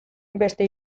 beste